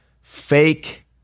fake